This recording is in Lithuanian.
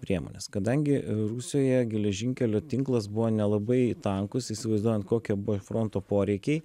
priemonės kadangi rusijoje geležinkelių tinklas buvo nelabai tankus įsivaizduojant kokie buvo fronto poreikiai